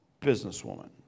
businesswoman